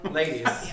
ladies